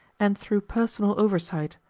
and through personal oversight,